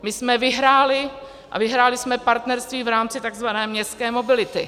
My jsme vyhráli a vyhráli jsme partnerství v rámci tzv. městské mobility.